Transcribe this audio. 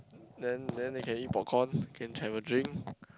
then then they can eat popcorn can have a drink